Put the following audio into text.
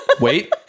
Wait